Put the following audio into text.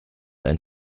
einen